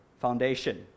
foundation